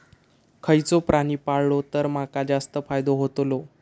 खयचो प्राणी पाळलो तर माका जास्त फायदो होतोलो?